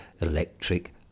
Electric